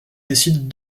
décide